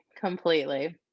completely